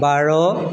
বাৰ